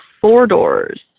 four-doors